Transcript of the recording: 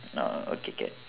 no okay can